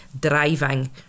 driving